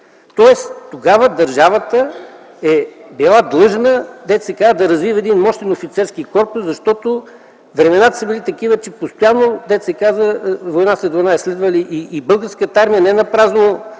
войни. Тогава държавата е била длъжна да развива един мощен офицерски корпус, защото времената са били такива, че постоянно са идвали война след война. Българската армия не напразно